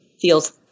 feels